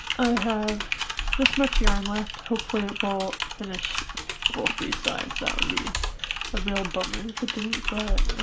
i have this much yarn left hopefully a bolt finish both these sides that would be a real bummer it didn't. but